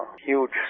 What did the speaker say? huge